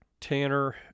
Tanner